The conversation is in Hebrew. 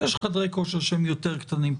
אז יש חדרי כושר שם יותר קטנים,